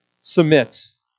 submits